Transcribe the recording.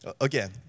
Again